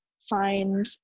find